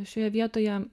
šioje vietoje